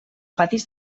patis